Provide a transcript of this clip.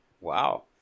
Wow